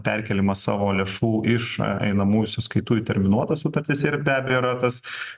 perkėlimas savo lėšų iš einamųjų sąskaitų į terminuotas sutartis ir be abejo yra tas